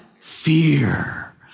Fear